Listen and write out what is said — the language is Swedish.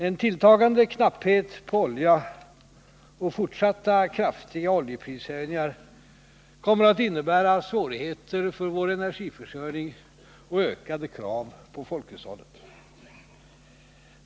En tilltagande knapphet på olja och fortsatta kraftiga oljeprishöjningar kommer att innebära svårigheter för vår energiförsörjning och ökade krav på folkhushållet.